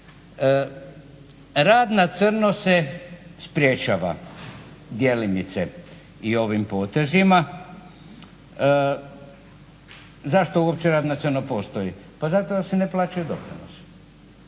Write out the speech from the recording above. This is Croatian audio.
Rad na crno se sprječava djelimice i ovim potezima. Zašto uopće rad na crno postoji? Pa zato jer se ne plaćaju doprinosi,